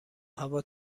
هوا